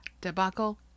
debacle